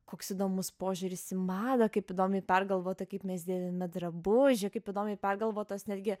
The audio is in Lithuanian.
koks įdomus požiūris į madą kaip įdomiai pergalvota kaip mes dėvime drabužį kaip įdomiai pergalvotas netgi